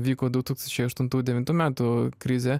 vyko du tūkstnčiai aštuntų devintų metų krizė